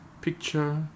Picture